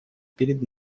перед